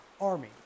army